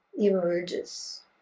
emerges